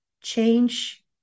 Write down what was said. change